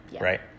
right